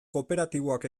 kooperatiboak